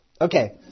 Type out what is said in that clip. Okay